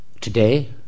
Today